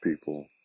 people